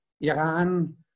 Iran